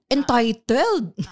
Entitled